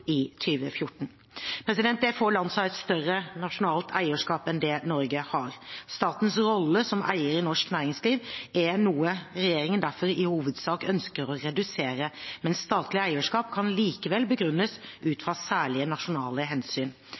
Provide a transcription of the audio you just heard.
i 2014. Det er få land som har et større nasjonalt eierskap enn det Norge har. Statens rolle som eier i norsk næringsliv er noe regjeringen derfor i hovedsak ønsker å redusere, men statlig eierskap kan likevel begrunnes ut fra særlige nasjonale hensyn.